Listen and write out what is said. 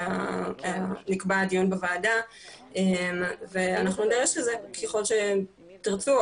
שנקבע הדיון בוועדה ואנחנו נידרש לזה ככל שתרצו,